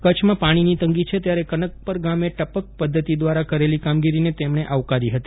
કચ્છમાં પાણીની તંગી છે ત્યારે કનકપર ગામે ટપક પદ્વતિ દ્વારા કરેલી કામગીરીને તેમણે આવકારી હતી